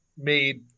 made